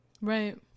Right